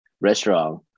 restaurant